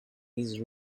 his